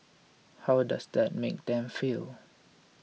how does that make them feel